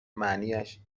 معنیاش